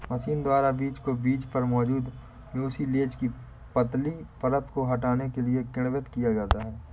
machine द्वारा बीज को बीज पर मौजूद म्यूसिलेज की पतली परत को हटाने के लिए किण्वित किया जाता है